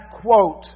quote